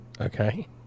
Okay